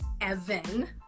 Evan